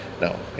No